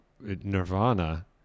nirvana